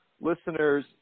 listener's